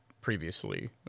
previously